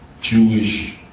Jewish